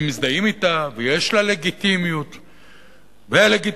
מזדהים אתה ויש לה לגיטימיות ולגיטימציה.